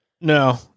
No